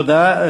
תודה.